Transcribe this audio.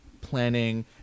planning